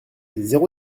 zéro